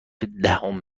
دهم